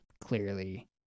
clearly